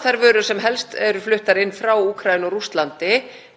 þær vörur sem helst eru fluttar inn frá Úkraínu og Rússlandi en einnig vörur sem Evrópuríkin þurfa í sína framleiðslu. Við erum líka háð því að verð á aðföngum rjúki ekki upp úr öllu valdi.